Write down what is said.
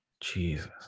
Jesus